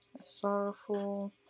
Sorrowful